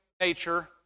nature